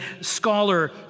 scholar